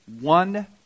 one